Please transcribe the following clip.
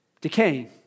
decaying